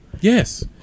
Yes